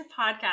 podcast